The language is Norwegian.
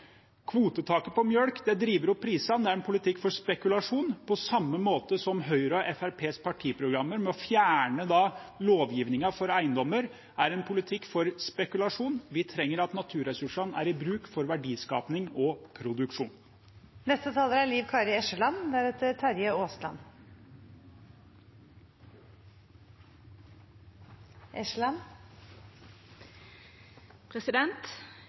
Kvotetaket på melk driver opp prisene, og det er en politikk for spekulasjon, på samme måte som det som står i Høyres og Fremskrittspartiets partiprogrammer om å fjerne lovgivningen for eiendommer, er en politikk for spekulasjon. Vi trenger at naturressursene er i bruk for verdiskaping og